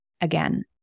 again